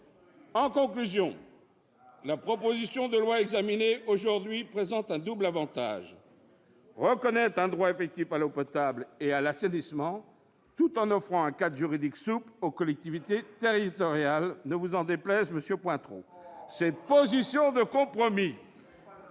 de cette loi. La proposition de loi examinée aujourd'hui présente un double avantage : elle reconnaît un droit effectif à l'eau potable et à l'assainissement tout en offrant un cadre juridique souple aux collectivités territoriales, ne vous en déplaise, monsieur Pointereau. Oh ! Encore ? Cette position de compromis